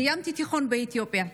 סיימתי תיכון באתיופיה.